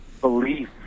belief